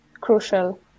crucial